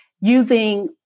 using